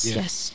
yes